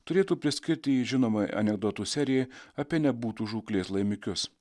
turėtų priskirti jį žinomai anekdotų serijai apie nebūtus žūklės laimikius